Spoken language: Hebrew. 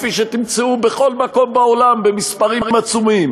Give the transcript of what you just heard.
כפי שתמצאו בכל מקום בעולם במספרים עצומים.